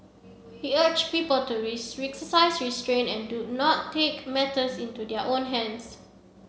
he urged people to exercise restraint and do not take matters into their own hands